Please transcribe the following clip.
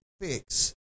fix